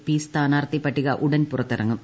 P സ്ഥാനാർത്ഥി പട്ടിക ഉടൻ പുറത്തിറങ്ങും